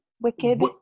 Wicked